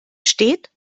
steht